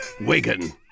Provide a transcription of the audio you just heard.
Wigan